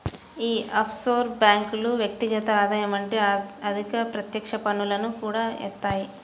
యీ ఆఫ్షోర్ బ్యేంకులు వ్యక్తిగత ఆదాయం వంటి అధిక ప్రత్యక్ష పన్నులను కూడా యేత్తాయి